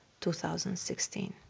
2016